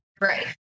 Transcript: Right